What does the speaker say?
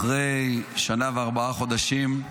אחרי שנה וארבעה חודשים,